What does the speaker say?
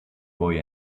boy